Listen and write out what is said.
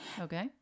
Okay